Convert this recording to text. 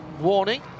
warning